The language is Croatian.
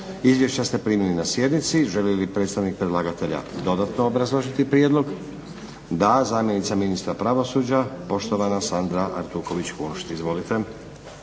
Izvješća ste primili na sjednici. Želi li predstavnik predlagatelja dodatno obrazložiti prijedlog? Da. Zamjenica ministra pravosuđa poštovana Sandra Artuković KUnšt. Izvolite.